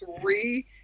three –